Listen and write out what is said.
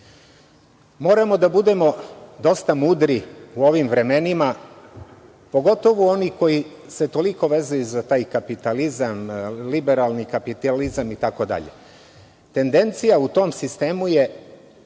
moramo da budemo dosta mudri u ovim vremenima, pogotovo oni koji se toliko vezuju za taj kapitalizam, liberalni kapitalizam itd. Tendencija u tom sistemu je